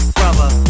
brother